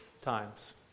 times